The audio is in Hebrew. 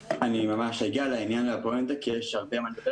אגיע ישר לעניין כי יש הרבה מה לדבר